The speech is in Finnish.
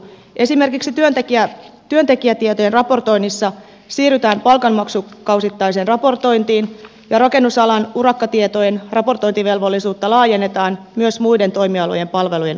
esimerkiksi työntekijätietojen raportoinnissa siirrytään palkanmaksukausittaiseen raportointiin ja rakennusalan urakkatietojen raportointivelvollisuutta laajennetaan myös muiden toimialojen palvelujen ostajille